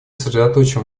сосредоточим